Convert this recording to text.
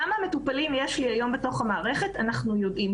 כמה מטופלים יש לי היום בתוך המערכת - אנחנו יודעים.